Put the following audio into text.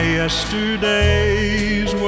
yesterdays